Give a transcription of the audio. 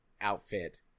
outfit